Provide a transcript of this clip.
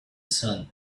sun